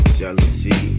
jealousy